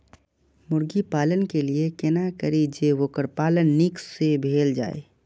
मुर्गी पालन के लिए केना करी जे वोकर पालन नीक से भेल जाय?